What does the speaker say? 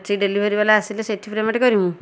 ସେ ଡେଲିଭେରି ବାଲା ଆସିଲେ ସେଠି ପେମେଣ୍ଟ୍ କରିବୁ